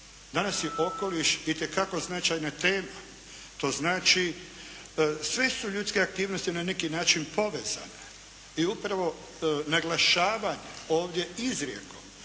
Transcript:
Danas je okoliš itekako značajna tema. To znači sve su ljudske aktivnosti na neki način povezane i upravo naglašavanje ovdje izrijekom